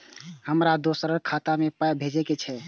हमरा दोसराक खाता मे पाय भेजे के छै?